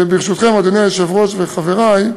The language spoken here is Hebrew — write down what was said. ברשותכם, אדוני היושב-ראש וחברי.